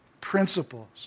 principles